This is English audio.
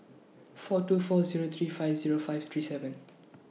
four two four Zero three five Zero five three seven